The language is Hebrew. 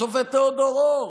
השופט תיאודור אור,